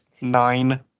nine